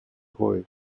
hoy